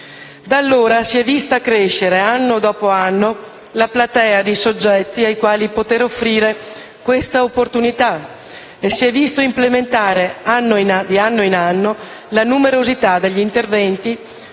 Da allora si è vista crescere, anno dopo anno, la platea dei soggetti ai quali poter offrire questa opportunità e si è vista implementare la numerosità degli interventi